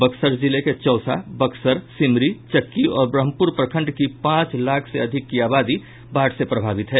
बक्सर जिले के चौसा बक्सर सिमरी चक्की और ब्रह्मपुर प्रखंड की पांच लाख से अधिक की आबादी बाढ़ से प्रभावित है